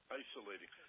isolating